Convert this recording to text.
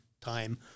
time